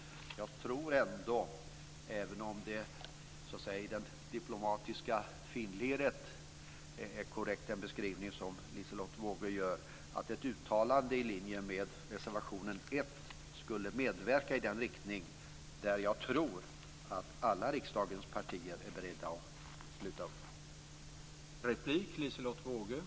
Jag tror ändå, även om det så att säga i det diplomatiska finliret är en korrekt beskrivning som Liselotte Wågö gör, att ett uttalande i linje med reservationen 1 skulle verka i en riktning som jag tror att alla riksdagens partier är beredda att ansluta sig till.